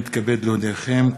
הינני מתכבד להודיעכם,